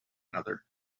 another